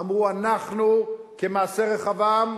אמרו: אנחנו כמעשה רחבעם,